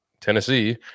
Tennessee